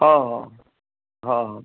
हो हो हो हो